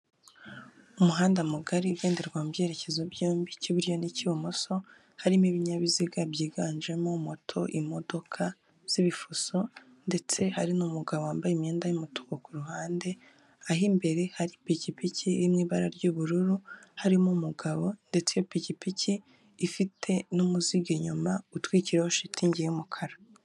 Umuhanda mugari ugenderwa mu byerekezo byombi ik'iburyo n'ik'ibumoso, harimo ibinyabiziga byiganjemo moto, imodoka z'ibifuso, ndetse hari n'umugabo wambaye imyenda y'umutuku ku ruhande, aho imbere hari ipikipiki iri mu ibara ry'ubururu harimo umugabo, ndetse n'ipikipiki ifite n'umuzigo inyuma utwikiriyeho shitingi y'umukara.